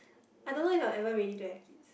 I don't know if I am ever ready to have kids